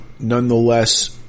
Nonetheless